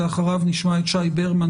לאחריו נשמע את שי ברמן,